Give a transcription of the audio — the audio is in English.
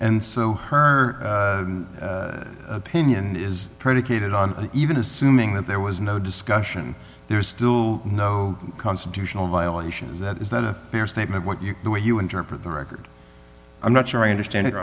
and so her opinion is predicated on even assuming that there was no discussion there is still no constitutional violation is that is that a fair statement what you the way you interpret the record i'm not sure i understand it